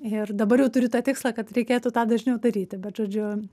ir dabar jau turiu tą tikslą kad reikėtų tą dažniau daryti bet žodžiu